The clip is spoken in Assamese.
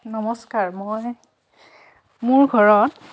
নমস্কাৰ মই মোৰ ঘৰত